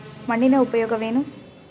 ಮಣ್ಣಿನ ಉಪಯೋಗವೇನು?